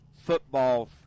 football